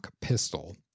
pistol